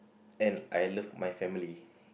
and I love my family